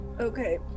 Okay